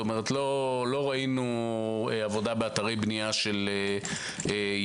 לא ראינו עבודה באתרי בנייה של יהודים,